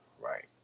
right